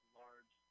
large